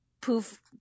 poof